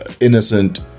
innocent